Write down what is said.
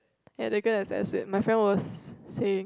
and they can't access it my friend was saying